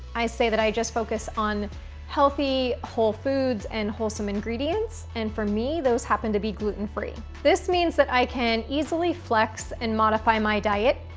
i say that i just focus on healthy, whole foods, and wholesome ingredients. and for me, those happen to be gluten free. this means that i can easily flex and modify my diet,